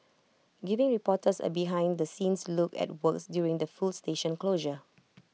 giving reporters A behind the scenes look at works during the full station closure